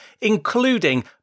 including